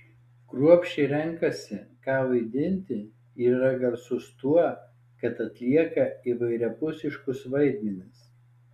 kruopščiai renkasi ką vaidinti ir yra garsus tuo kad atlieka įvairiapusiškus vaidmenis